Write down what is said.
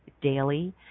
daily